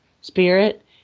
Spirit